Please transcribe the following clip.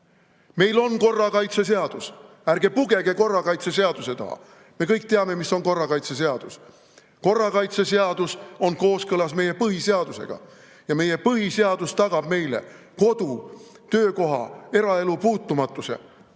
Meil on korrakaitseseadus. Ärge pugege korrakaitseseaduse taha! Me kõik teame, mis on korrakaitseseadus. Korrakaitseseadus on kooskõlas meie põhiseadusega ja meie põhiseadus tagab meile kodu, töökoha, eraelu puutumatuse.